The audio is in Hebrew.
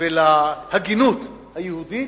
ולהגינות היהודית.